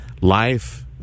life